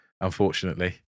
unfortunately